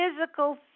physical